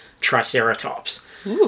triceratops